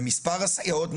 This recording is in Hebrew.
ומספר הסייעות,